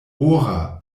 ora